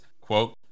quote